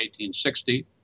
1860